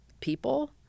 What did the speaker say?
people